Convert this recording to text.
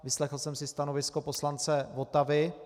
Vyslechl jsem si stanovisko poslance Votavy.